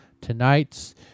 tonight's